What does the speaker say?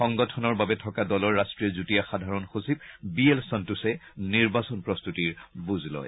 সংগঠনৰ বাবে থকা দলৰ ৰাষ্ট্ৰীয় যুটীয়া সাধাৰণ সচিব বি এল সন্তোশে নিৰ্বাচন প্ৰস্তুতিৰ বুজ লয়